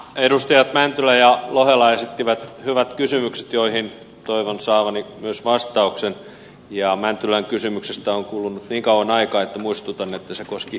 edustajat mäntylä ja lohela esittivät hyvät kysymykset joihin toivon saavani myös vastauksen ja mäntylän kysymyksestä on kulunut niin kauan aikaa että muistutan että se koski työpaikkakiusaamista